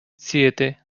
siete